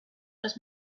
was